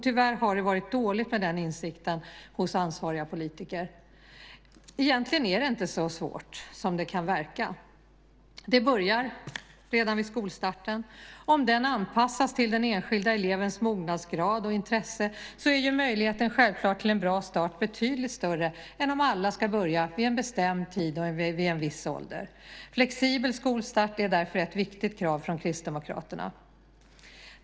Tyvärr har det varit dåligt med den insikten hos ansvariga politiker. Egentligen är det inte så svårt som det kan verka. Det börjar redan vid skolstarten. Om den anpassas till den enskilda elevens mognadsgrad och intresse är möjligheten till en bra start självklart betydligt större än om alla ska börja vid en bestämd tid och en viss ålder. Flexibel skolstart är därför ett viktigt krav från Kristdemokraterna.